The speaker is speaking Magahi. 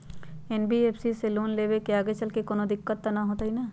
एन.बी.एफ.सी से लोन लेबे से आगेचलके कौनो दिक्कत त न होतई न?